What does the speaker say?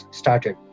started